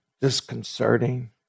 disconcerting